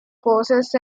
courses